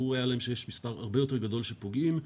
ברור היה להם שיש מספר הרבה יותר גדול של פוגעים.